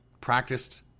practiced